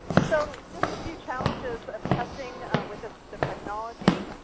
so just a few challenges of testing with assistive technology,